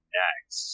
next